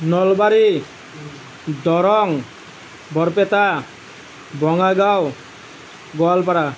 Nalbari Darrang Barpeta Bongaigaon Goalpara